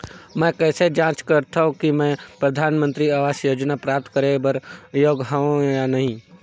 मैं कइसे जांच सकथव कि मैं परधानमंतरी आवास योजना प्राप्त करे बर योग्य हववं या नहीं?